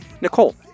Nicole